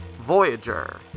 Voyager